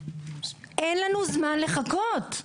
אין לנו זמן לחכות.